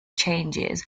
changes